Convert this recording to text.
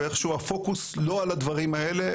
ואיכשהו הפוקוס לא על הדברים האלה,